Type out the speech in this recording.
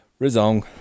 Rizong